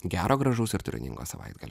gero gražaus ir turiningo savaitgalio